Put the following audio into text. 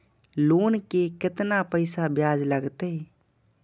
Loan के केतना पैसा ब्याज लागते?